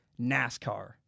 NASCAR